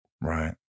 right